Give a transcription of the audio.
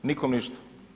Nikome ništa.